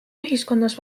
ühiskonnas